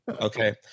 Okay